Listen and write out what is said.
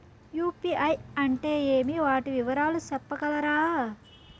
UPI అంటే ఏమి? వాటి వివరాలు సెప్పగలరా?